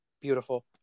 Beautiful